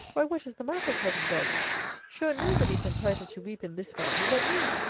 why, what is the matter, cousin dolly sure, nobody is entitled to weep in this family, but me!